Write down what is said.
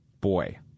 Boy